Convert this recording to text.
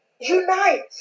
unite